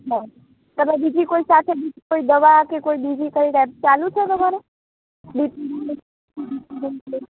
હા કદાચ બીજી કોઈ સાથે બીજી કોઈ દવા કે કોઇ બીજી કંઈ રે ચાલુ છે તમારે